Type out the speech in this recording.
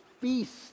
feast